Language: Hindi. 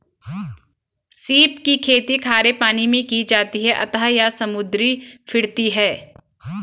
सीप की खेती खारे पानी मैं की जाती है अतः यह समुद्री फिरती है